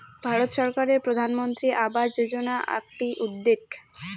ভারত সরকারের প্রধানমন্ত্রী আবাস যোজনা আকটি উদ্যেগ